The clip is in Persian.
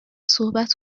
صحبت